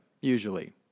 usually